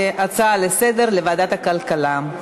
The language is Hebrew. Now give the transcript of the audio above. להצעה לסדר-היום ולהעביר את הנושא לוועדת הכלכלה נתקבלה.